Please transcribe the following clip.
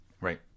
Right